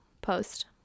post